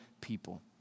people